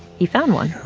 he found one oh,